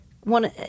one